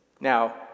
Now